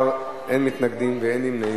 בעד, 11, אין מתנגדים ואין נמנעים.